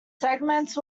segments